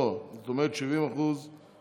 לא, את אומרת 70% מהתקציב,